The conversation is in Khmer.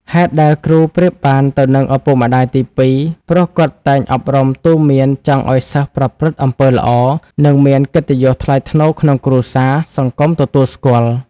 ហេតុដែល គ្រូប្រៀបបានទៅនឹងឱពុកម្តាយទីពីរព្រោះគាត់តែងអប់រំទូន្មានចង់ឱ្យសិស្សប្រព្រឹត្តអំពើល្អ និងមានកិត្តិយសថ្លៃថ្នូរក្នុងគ្រួសារ សង្គមទទួលស្គាល់។